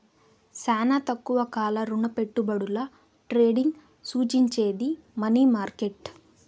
శానా తక్కువ కాల రుణపెట్టుబడుల ట్రేడింగ్ సూచించేది మనీ మార్కెట్